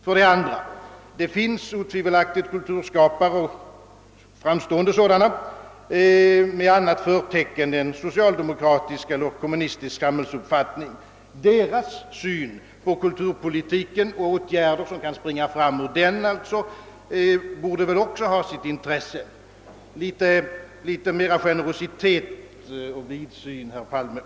För det andra: det finns otvivelaktigt kulturskapare — och framstående sådana — med annat förtecken än socialdemokratiskt eller kommunistiskt. Deras syn på kulturpolitiken och åtgärder som kan springa fram ur den borde väl också ha sitt intresse. Får vi be om litet mer generositet och vidsyn, herr Palme!